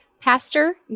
Pastor